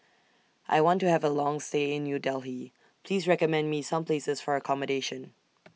I want to Have A Long stay in New Delhi Please recommend Me Some Places For accommodation